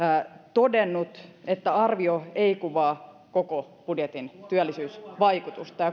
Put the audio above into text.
todennut että arvio ei kuvaa koko budjetin työllisyysvaikutusta